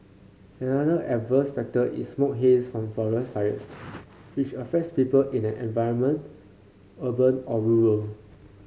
another adverse factor is smoke haze from forest fires which affects people in any environment urban or rural